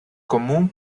común